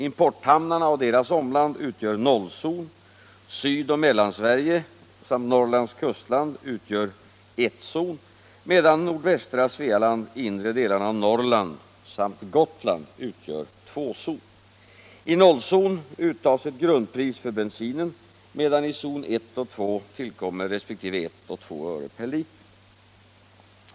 Importhamnarna och deras omland utgör 0-zon, Sydoch Mellansverige samt Norrlands kustland utgör 1-zon medan nordvästra Svealand, inre delarna av Norrland samt Gotland utgör 2-zon. I 0-zon uttas ett grundpris för bensinen, medan i zon 1 och 2 tillkommer 1 resp. 2 öre per liter.